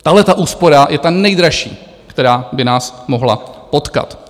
Tahleta úspora je ta nejdražší, která by nás mohla potkat.